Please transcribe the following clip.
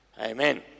Amen